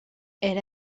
elle